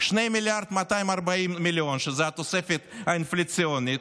2.24 מיליארד, שזה התוספת האינפלציונית,